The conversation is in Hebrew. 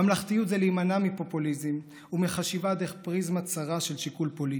ממלכתיות זה להימנע מפופוליזם ומחשיבה דרך פריזמה צרה של שיקול פוליטי.